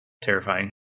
Terrifying